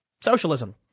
socialism